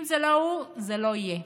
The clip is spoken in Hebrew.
אם זה לא הוא, זה לא יהיה.